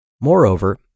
Moreover